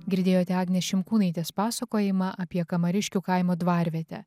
girdėjote agnės šimkūnaitės pasakojimą apie kamariškių kaimo dvarvietę